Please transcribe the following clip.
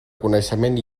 coneixement